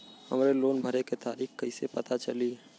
हमरे लोन भरे के तारीख कईसे पता चली?